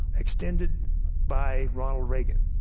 extended by ronald reagan.